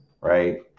right